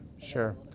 sure